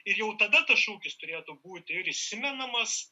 ir jau tada tas šūkis turėtų būti ir įsimenamas